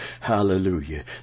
hallelujah